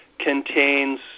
contains